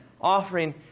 offering